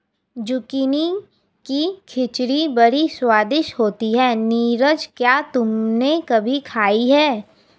Zucchini की खिचड़ी बड़ी स्वादिष्ट होती है नीरज क्या तुमने कभी खाई है?